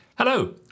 Hello